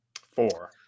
Four